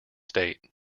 state